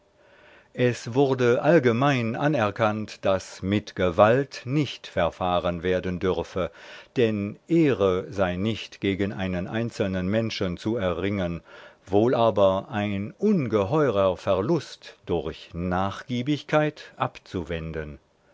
es wurde allgemein anerkannt daß mit gewalt nicht verfahren werden dürfe denn ehre sei nicht gegen einen einzelnen menschen zu erringen wohl aber ein ungeheuerer verlust durch nachgiebigkeit abzuwenden